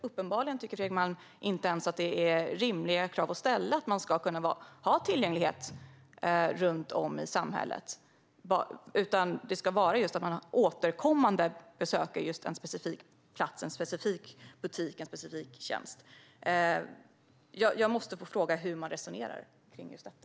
Uppenbarligen tycker Fredrik Malm inte ens att det är ett rimligt krav att ställa att man ska kunna ha tillgänglighet runt om i samhället, utan det ska vara fråga om att man återkommande besöker en specifik plats, handlar i en specifik butik eller nyttjar en specifik tjänst. Jag måste få fråga hur man resonerar kring detta.